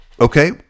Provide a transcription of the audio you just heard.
okay